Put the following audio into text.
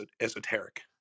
esoteric